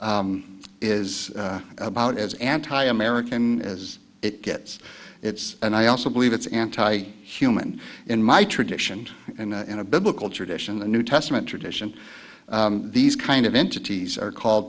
is about as anti american as it gets it's and i also believe it's anti human in my tradition and in a biblical tradition the new testament tradition these kind of entities are called